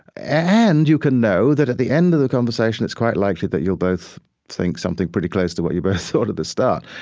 and you can know that, at the end of the conversation, it's quite likely that you'll both think something pretty close to what you both thought at the start.